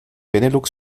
benelux